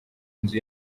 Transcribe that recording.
inzu